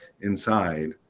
inside